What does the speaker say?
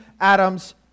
Adam's